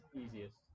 easiest